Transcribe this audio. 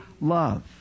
love